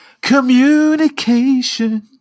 Communication